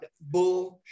bullshit